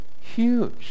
huge